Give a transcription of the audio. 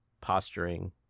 posturing